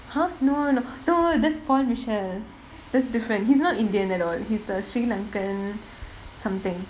!huh! no n~ though that's palmis~ that's different he's not indian at all he's a sri lankan something